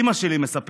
אימא שלי מספרת: